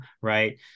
right